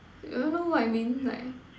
do you know what I mean like